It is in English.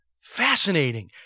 fascinating